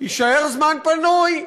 יישאר זמן פנוי?